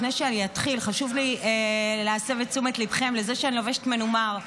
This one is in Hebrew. לפני שאני אתחיל חשוב לי להסב את תשומת ליבכם לזה שאני לובשת מנומר,